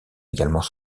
également